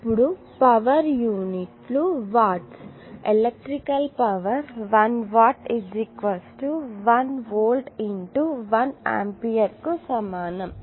ఇప్పుడు పవర్ యూనిట్లు watts electrical power 1 watt 1 volt × 1 ampere కు సమానం